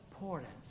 important